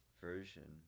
version